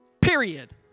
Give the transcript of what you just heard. Period